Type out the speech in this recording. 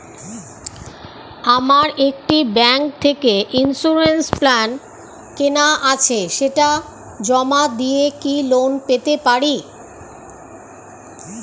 আমার একটি ব্যাংক থেকে ইন্সুরেন্স প্ল্যান কেনা আছে সেটা জমা দিয়ে কি লোন পেতে পারি?